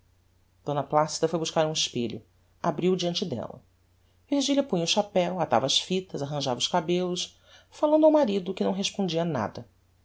d placida foi buscar um espelho abriu-o deante della virgilia punha o chapéu atava as fitas arranjava os cabellos falando ao marido que não respondia nada